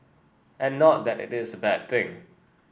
and not that it is a bad thing